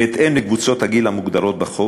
בהתאם לקבוצות הגיל המוגדרות בחוק,